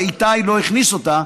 שאיתי לא הכניס אותה,